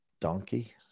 donkey